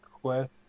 Quest